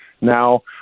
now